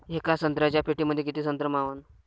येका संत्र्याच्या पेटीमंदी किती संत्र मावन?